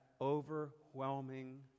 overwhelming